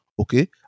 Okay